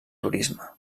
turisme